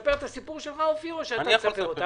לספר את הסיפור שלך, אופיר, או שאתה תספר אותו?